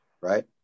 right